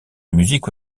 musique